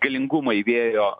galingumai vėjo